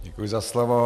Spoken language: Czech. Děkuji za slovo.